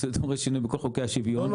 זה דורש שינוי בכל חוקי השוויון,